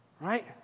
right